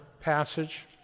passage